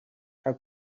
how